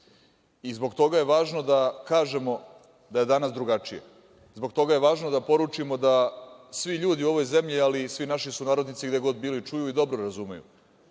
Zbog toga je važno da kažemo da je danas drugačije, zbog toga je važno da poručimo da svi ljudi u ovoj zemlji ali i svi naši sunarodnici gde god bili čuju i dobro razumeju,